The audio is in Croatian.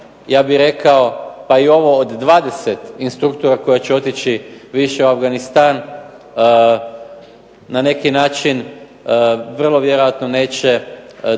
ja bih rekao pa i ovo od 20 instruktora koji će otići više u Afganistan na neki način vrlo vjerojatno neće dobiti